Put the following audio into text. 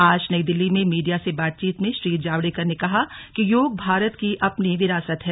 आज नई दिल्ली में मीडिया से बातचीत में श्री जावडेकर ने कहा कि योग भारत की अपनी विरासत है